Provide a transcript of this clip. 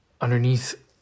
underneath